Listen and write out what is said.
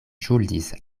ŝuldis